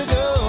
go